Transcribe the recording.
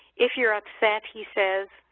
if you're upset, he says,